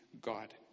God